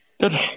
Good